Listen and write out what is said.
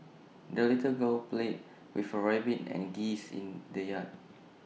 the little girl played with her rabbit and geese in the yard